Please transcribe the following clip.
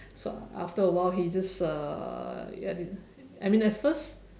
so after a while he just uh ya I mean at first